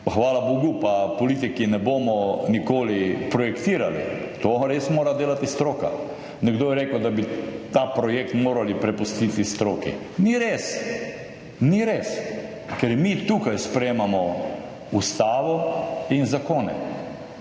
hvala bogu, pa politiki ne bomo nikoli projektirali, to res mora delati stroka. Nekdo je rekel, da bi ta projekt morali prepustiti stroki. Ni res, ni res, ker mi tukaj sprejemamo Ustavo in zakone